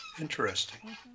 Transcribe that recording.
interesting